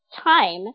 time